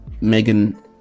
megan